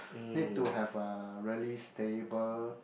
need to have a really stable